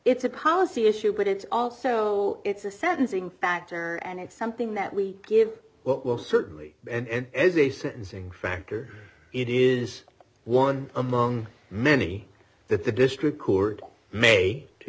it's a policy issue but it's also it's a sentencing factor and it's something that we give what will certainly and as a sentencing factor it is one among many that the district court may